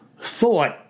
thought